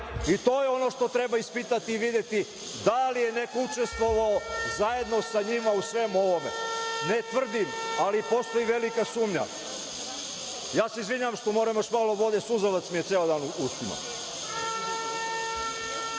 je ono što treba ispitati i videti, da li je neko učestvovao zajedno sa njima u svemu ovome. Ne tvrdim, ali postoji velika sumnja. Ja se izvinjavam što moram još malo vode. Suzavac mi je ceo dan u